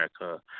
America